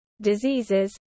diseases